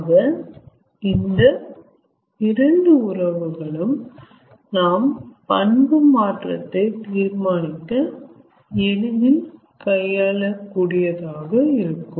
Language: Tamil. ஆக இந்த இரண்டு உறவுகளும் நாம் பண்பு மாற்றத்தை தீர்மானிக்க எளிதில் கையாளக்கூடியதாக இருக்கும்